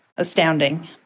astounding